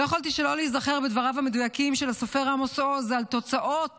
לא יכולתי שלא להיזכר בדבריו המדויקים של הסופר עמוס עוז על תוצאות